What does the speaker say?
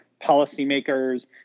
policymakers